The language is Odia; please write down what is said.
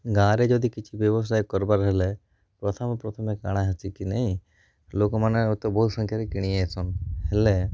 ଗାଁରେ ଯଦି କିଛି ବ୍ୟବସାୟ କର୍ବାର ହେଲେ ପ୍ରଥମେ ପ୍ରଥମେ କାଁଣ ହଉଛି କି ନାଇଁ ଲୋକମାନେ ବହୁ ମାତ୍ରାରେ କିଣି ଆସନ୍ ହେଲେ